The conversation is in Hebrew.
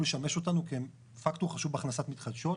לשמש אותנו כי הם פקטור חשוב בהכנסת מתחדשות,